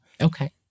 Okay